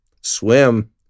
swim